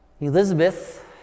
Elizabeth